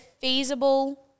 feasible